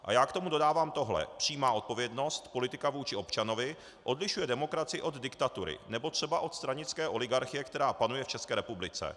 A já k tomu dodávám toto: přímá odpovědnost, politika vůči občanovi odlišuje demokracii od diktatury nebo třeba od stranické oligarchie, která panuje v České republice.